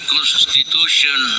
Constitution